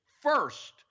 first